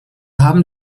haben